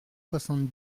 soixante